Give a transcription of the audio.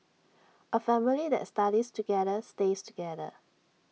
A family that studies together stays together